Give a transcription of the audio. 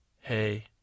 Hey